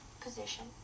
position